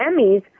Emmys